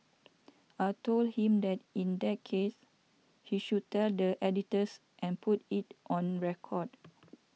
I told him that in that case he should tell the editors and put it on record